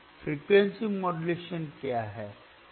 frequency modulation क्या हैं